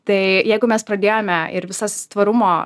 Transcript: tai jeigu mes pradėjome ir visas tvarumo